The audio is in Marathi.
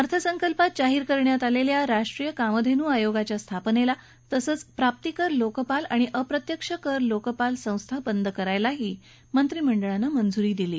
अर्थसंकल्पात जाहीर करण्यात आलेल्या राष्ट्रीय कामधेनू आयोगाच्या स्थापनेला तसंच प्राप्तिकर लोकपाल आणि अप्रत्यक्ष कर लोकपाल संस्था बंद करायलाही मंत्रिमंडळानं मंजुरी दिली आहे